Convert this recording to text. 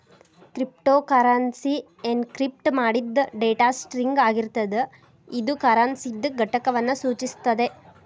cryptocurrency encrypt ಮಾಡಿದ್ data string ಆಗಿರ್ತದ ಇದು ಕರೆನ್ಸಿದ್ ಘಟಕವನ್ನು ಸೂಚಿಸುತ್ತದೆ